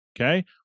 Okay